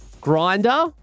grinder